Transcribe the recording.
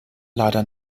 leider